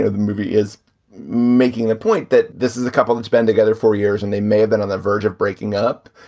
ah the movie is making the point that this is a couple that's been together for years and they may have been on the verge of breaking up,